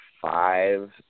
five